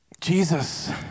Jesus